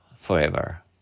forever